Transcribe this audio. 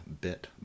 bit